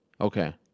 Okay